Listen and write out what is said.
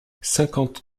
cinquante